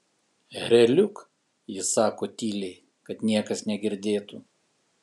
ereliuk ji sako tyliai kad niekas negirdėtų